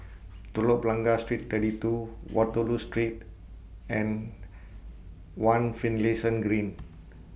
Telok Blangah Street thirty two Waterloo Street and one Finlayson Green